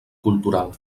cultural